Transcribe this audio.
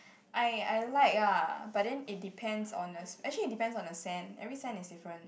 I I like ah but then it depends on the actually it depends on the scent every scent is different